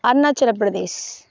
Arunachal Pradesh